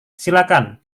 silakan